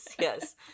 Yes